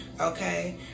okay